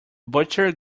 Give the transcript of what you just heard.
butcher